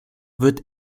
wird